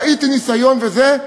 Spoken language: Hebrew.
ראיתי ניסיון וזה,